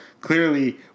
clearly